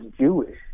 Jewish